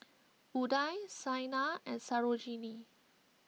Udai Saina and Sarojini